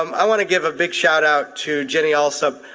um i wanna give a big shout out to jenny allsopp